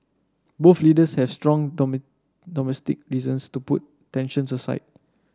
both leaders have strong domestic reasons to put tensions aside